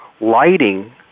lighting